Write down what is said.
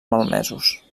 malmesos